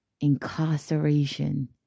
incarceration